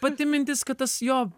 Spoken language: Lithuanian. pati mintis kad tas jo